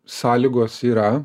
sąlygos yra